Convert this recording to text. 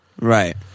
Right